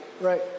right